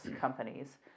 companies